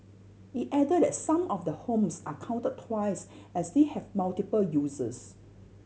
it added that some of the homes are counted twice as they have multiple uses